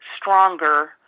Stronger